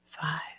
five